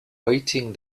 waiting